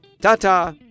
Ta-ta